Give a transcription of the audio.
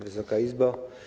Wysoka Izbo!